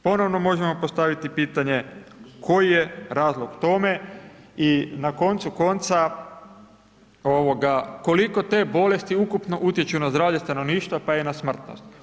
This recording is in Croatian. Ponovno možemo postaviti pitanje, koji je razlog tome i na koncu konca, koliko te bolesti ukupno utječu na zdravlje stanovništva pa i na smrtnost.